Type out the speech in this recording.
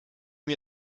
mir